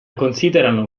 considerano